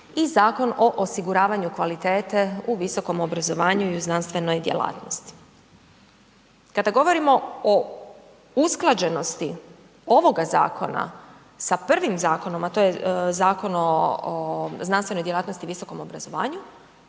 i Zakon o osiguravanju kvalitete u visokom obrazovanju i u znanstvenoj djelatnosti. Kada govorimo o usklađenosti ovoga zakona sa prvim zakonom, a to je Zakon o, o znanstvenoj djelatnosti i visokom obrazovanju,